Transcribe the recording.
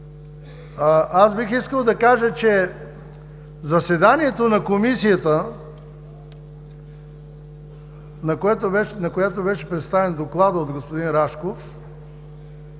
Бих искал да кажа, че в заседанието на Комисията, на което беше представен Докладът от господин Рашков,